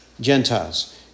Gentiles